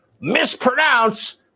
mispronounce